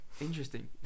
Interesting